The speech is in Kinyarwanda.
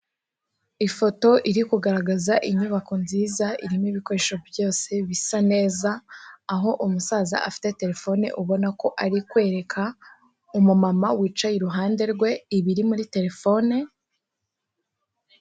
Ifoto iri kugaragaza inyubako nziza irimo ibikoresho byose bisa neza, aho umusaza afite terefone ubona ko ari kwereka umumama wicaye iruhande rwe ibiri muri terefone.